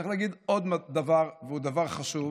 צריך להגיד עוד דבר והוא דבר חשוב: